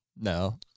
no